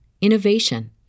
innovation